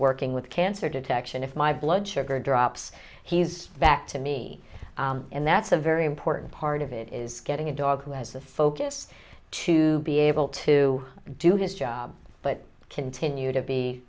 working with cancer detection if my blood sugar drops he's back to me and that's a very important part of it is getting a dog who has the focus to be able to do his job but continue to be